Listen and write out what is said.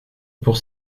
pour